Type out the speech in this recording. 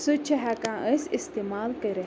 سُہ تہِ چھِ ہٮ۪کان أسۍ استعمال کٔرِتھ